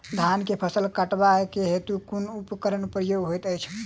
धान केँ फसल कटवा केँ हेतु कुन उपकरणक प्रयोग होइत अछि?